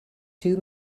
too